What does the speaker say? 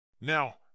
Now